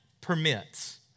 permits